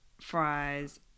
fries